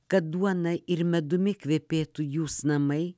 kad duona ir medumi kvepėtų jūs namai